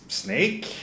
snake